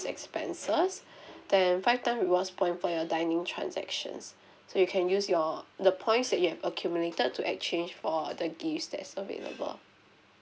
expenses then five time rewards point for your dining transactions so you can use your the points that you have accumulated to exchange for the gifts that's available